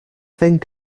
think